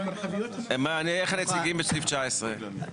איך הנציגים בסעיף 19 מתמנים?